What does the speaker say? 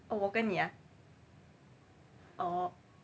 oh 我跟你 ah orh